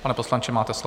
Pane poslanče, máte slovo.